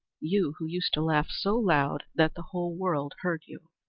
you who used to laugh so loud that the whole world heard you?